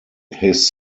his